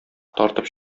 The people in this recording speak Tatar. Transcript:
тартып